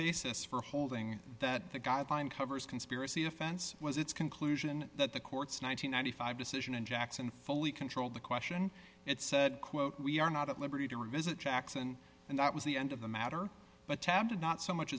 basis for holding that the guideline covers conspiracy offense was its conclusion that the court's nine hundred and ninety five dollars decision and jackson fully controlled the question it said quote we are not at liberty to revisit jackson and that was the end of the matter but tab did not so much